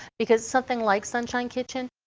because something like sunshine kitchen,